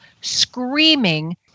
screaming